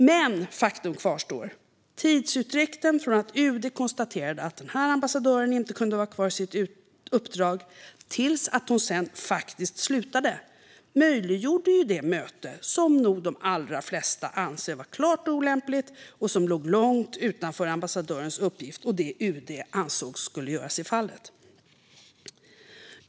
Men faktum kvarstår: Tidsutdräkten från att UD konstaterade att ambassadören inte kunde vara kvar på sitt uppdrag till att hon sedan faktiskt slutade möjliggjorde det möte som nog de allra flesta anser var klart olämpligt och som låg långt utanför ambassadörens uppgift och det UD ansåg skulle göras i fallet.